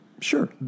Sure